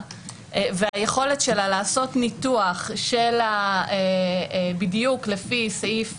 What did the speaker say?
והיכולת שלה לעשות ניתוח בדיוק לפי סעיף